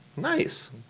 Nice